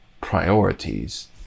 priorities